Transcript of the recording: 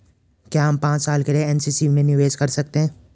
क्या हम पांच साल के लिए एन.एस.सी में निवेश कर सकते हैं?